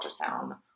ultrasound